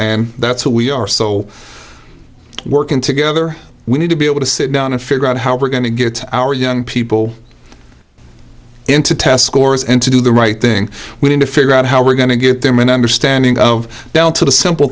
and that's who we are so working together we need to be able to sit down and figure out how we're going to get our young people into test scores and to do the right thing we need to figure out how we're going to get them an understanding of down to the simple